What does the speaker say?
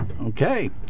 Okay